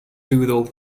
doodle